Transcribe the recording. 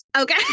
Okay